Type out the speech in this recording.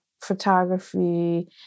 photography